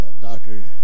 doctor